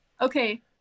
Okay